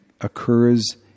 occurs